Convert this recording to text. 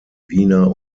wiener